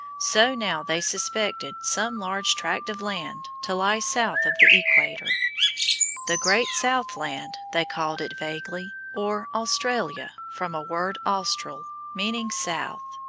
so now they suspected some large tract of land to lie south of the equator the great south land they called it vaguely, or australia, from a word austral, meaning south.